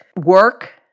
work